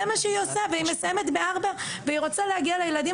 זה מה שהיא עושה והיא מסיימת בארבע והיא רוצה להגיע לילדים,